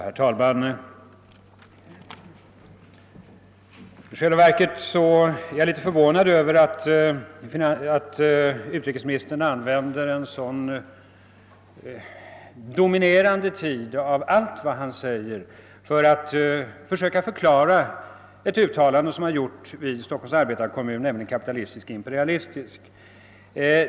Herr talman! I själva verket är jag litet förvånad över att utrikesministern använder en så dominerande tid av allt vad han säger för att försöka förklara ett uttalande som han fällt i Stockholms arbetarekommun, nämligen kapitalistisk-imperialistisk.